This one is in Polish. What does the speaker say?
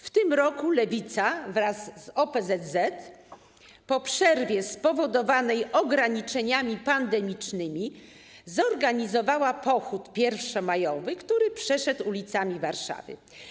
W tym roku Lewica wraz z OPZZ po przerwie spowodowanej ograniczeniami pandemicznymi zorganizowała pochód pierwszomajowy, który przeszedł ulicami Warszawy.